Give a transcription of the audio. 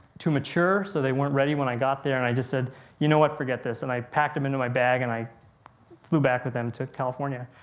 to mature so they weren't ready when i got there and i just said you know what, forgot this and i packed them into my bag and i flew back with them to california.